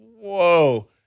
whoa